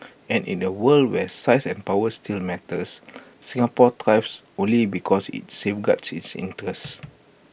and in A world where size and power still matters Singapore thrives only because IT safeguards its interests